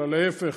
אלא להפך.